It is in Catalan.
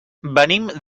venim